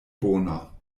bona